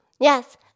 yes